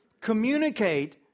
communicate